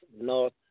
North